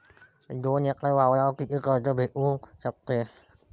दोन एकर वावरावर कितीक कर्ज भेटू शकते?